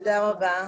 תודה רבה.